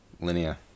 Linear